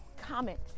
comment